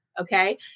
Okay